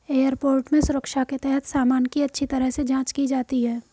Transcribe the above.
airport में सुरक्षा के तहत सामान की अच्छी तरह से जांच की जाती है